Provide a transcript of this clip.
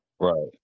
Right